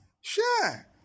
Sure